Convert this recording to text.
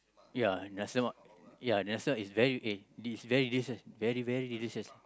ya nasi-lemak ya nasi-lemak is very eh is very delicious very very delicious